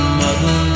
mother